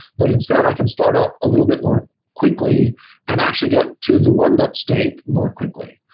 but instead i can start up a little bit more quickly and actually get to the warmed up state more quickly.